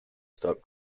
stop